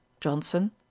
johnson